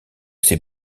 ces